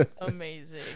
Amazing